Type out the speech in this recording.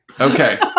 Okay